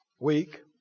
week